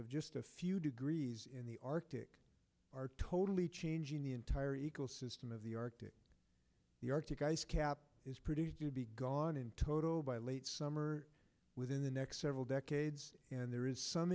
of just a few degrees in the arctic are totally changing the entire ecosystem of the arctic the arctic ice cap is produced to be gone in total by late summer within the next several decades and there is some